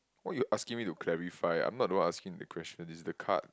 why you asking me to clarify I'm not the one asking the question it's the card